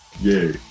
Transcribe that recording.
Yay